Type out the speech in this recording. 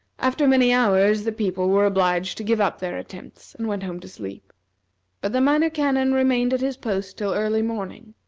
after many hours the people were obliged to give up their attempts, and went home to sleep but the minor canon remained at his post till early morning,